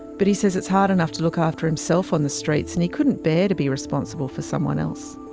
but he says it's hard enough to look after himself on the streets, and he couldn't bear to be responsible for someone else.